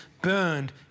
burned